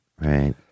Right